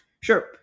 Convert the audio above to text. Sure